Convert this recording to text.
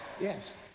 Yes